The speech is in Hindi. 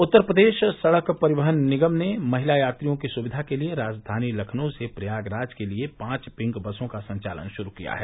उत्तर प्रदेश सड़क परिवहन निगम ने महिला यात्रियों की सुविधा के लिये राजधानी लखनऊ से प्रयागराज के लिये पांच पिंक बसों का संचालन शुरू किया है